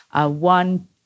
One